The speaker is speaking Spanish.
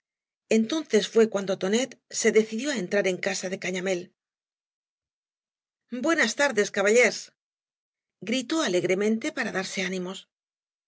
eatoncea fué cuando tonet ae decidió á entrar en casa de cañamél buenas tardes caballers gritó alegremente para darse ánimos